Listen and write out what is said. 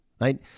right